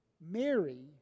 Mary